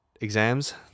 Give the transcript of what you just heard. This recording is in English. exams